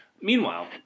Meanwhile